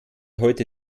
heute